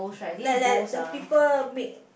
like like the people make